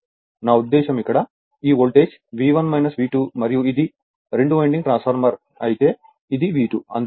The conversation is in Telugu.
నా ఉద్దేశ్యం ఇక్కడ ఈ వోల్టేజ్ V1 V2 మరియు ఇది రెండు వైండింగ్ ట్రాన్స్ఫార్మర్ అయితే ఇది V2